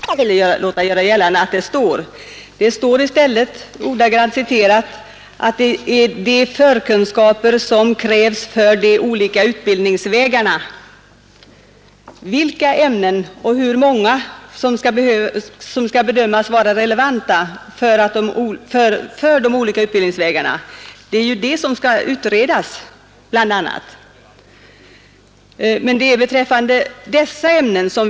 Fru talman! Statsrådet drar felaktiga slutsatser av det som står i reservationen 2. Det är alltså inte ett olycksfall i arbetet. Om man läser vad det står, kanske det blir klarare. Det står inte att detta avser att gälla alla de förkunskaper som nu krävs, såsom statsrådet ville göra gällande att det står. Det talas i stället om ”de förkunskaper som krävs för de olika utbildningsvägarna”. Det som skall utredas är bl.a. hur många och vilka ämnen som skall bedömas vara relevanta för de olika utbildningsvägarna.